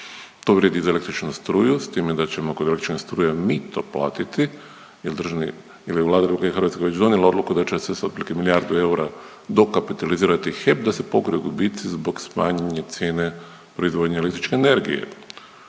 To vrijedi i za električnu struju s time da ćemo kod obračuna struje mi to platiti jer državni, jer je Vlada RH već donijela odluku da će se sa otprilike milijardu eura dokapitalizirati HEP da se pokriju gubici zbog smanjene cijene proizvodnje električne energije.